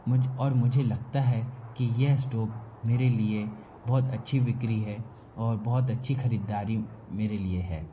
मुझ और मुझे लगता है कि यह स्टॉव मेरे लिए बहुत अच्छी बिक्री है और बहुत अच्छी खरीददारी मेरे लिए है